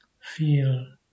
feel